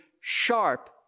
sharp